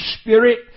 spirit